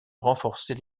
renforcer